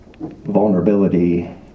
vulnerability